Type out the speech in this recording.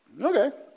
okay